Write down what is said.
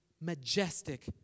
majestic